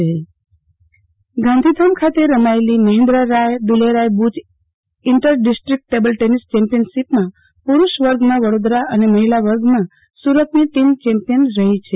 આરતી Bhatt table tennis Gandhidham ખાતે રમાયેલી Mahendray Dwaleray Buch inter district table tennis championship માં પુરૂષ વર્ગમાં વડોદરા અને મહિલા વર્ગમાં સુરતની ટીમ ચેમ્પિયન રહી છે